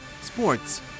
sports